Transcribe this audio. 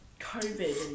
COVID